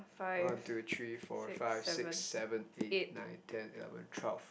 one two three four five six seven eight nine ten eleven twelve